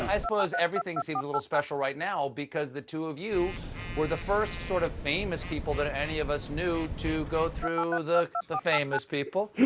suppose everything seems a little special right now because the two of you were the first sort of famous people that any of us knew to go through the the famous people.